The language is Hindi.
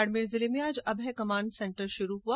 बाड़मेर जिले में आज अभय कमाण्ड सेन्टर शुरू हुआ